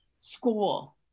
school